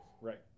Right